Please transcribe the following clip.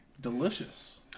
delicious